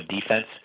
defense